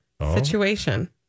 situation